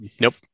Nope